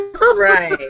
Right